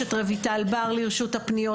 יש את רויטל בר לרשות הפניות,